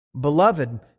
Beloved